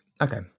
okay